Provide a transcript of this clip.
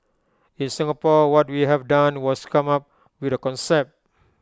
in Singapore what we have done was come up with A concept